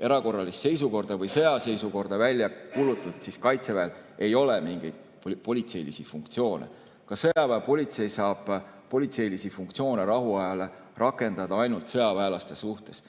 erakorralist seisukorda või sõjaseisukorda välja kuulutatud, siis Kaitseväel ei ole mingeid politseilisi funktsioone. Ka sõjaväepolitsei saab politseilisi funktsioone rahuajal rakendada ainult sõjaväelaste suhtes.